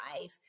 life